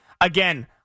again